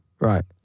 Right